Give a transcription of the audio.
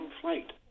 flight